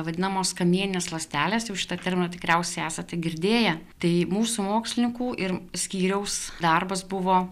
vadinamos kamieninės ląstelės jau šitą terminą tikriausiai esate girdėję tai mūsų mokslininkų ir skyriaus darbas buvo